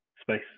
space